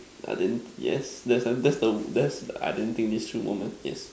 I didn't yes that's the that's the that's I didn't think this through moment yes